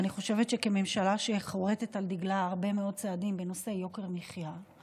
אני חושבת שכממשלה שחורתת על דגלה הרבה מאוד צעדים בנושא יוקר המחיה,